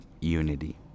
unity